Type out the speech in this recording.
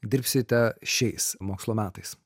dirbsite šiais mokslo metais